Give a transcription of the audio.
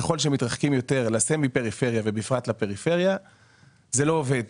ככל שמתרחקים יותר לסמי פריפריה ובפרט לפריפריה זה לא עובד.